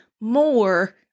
more